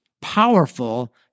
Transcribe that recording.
powerful